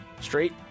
Straight